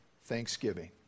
thanksgiving